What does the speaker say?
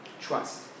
Trust